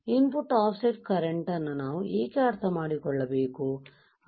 in put of set current ಅನ್ನು ನಾವು ಏಕೆ ಅರ್ಥಮಾಡಿಕೊಳ್ಳಬೇಕು